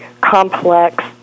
complex